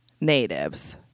natives